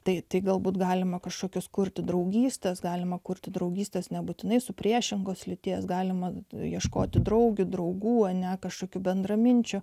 tai tik galbūt galima kažkokios kurti draugystės galima kurti draugystės nebūtinai su priešingos lyties galima ieškoti draugių draugų ne kažkokių bendraminčių